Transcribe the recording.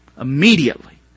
Immediately